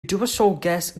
dywysoges